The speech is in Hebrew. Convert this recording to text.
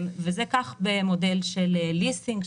זה כך במודל של ליסינג,